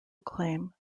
acclaim